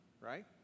right